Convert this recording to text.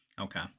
Okay